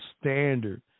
standard